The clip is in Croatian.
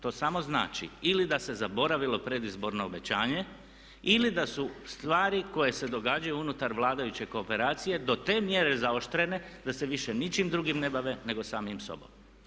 To samo znači ili da se zaboravilo predizborno obećanje ili da su stvari koje se događaju unutar vladajuće kooperacije do te mjere zaoštrene da se više ničim drugim ne bave nego samim sobom.